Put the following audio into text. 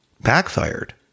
backfired